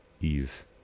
Eve